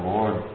Lord